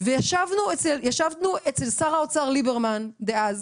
ישבנו אצל שר האוצר ליברמן דאז.